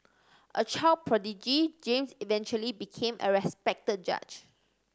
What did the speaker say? a child prodigy James eventually became a respected judge